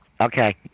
Okay